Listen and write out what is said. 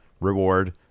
reward